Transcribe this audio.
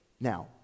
Now